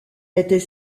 était